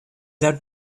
out